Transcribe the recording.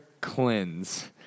cleanse